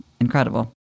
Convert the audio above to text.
incredible